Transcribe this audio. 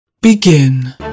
Begin